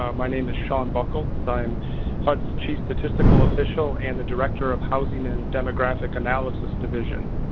um my name is shawn bucholtz. i am huds chief statistical official and the director of housing and demographic analysis division.